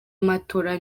matora